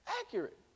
Accurate